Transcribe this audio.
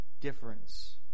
difference